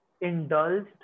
indulged